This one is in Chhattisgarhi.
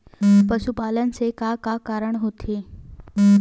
पशुपालन से का का कारण होथे?